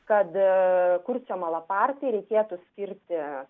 kad kurcio malapartei reikėtų skirti